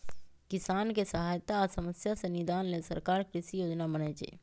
किसानके सहायता आ समस्या से निदान लेल सरकार कृषि योजना बनय छइ